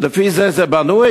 לפי זה זה בנוי?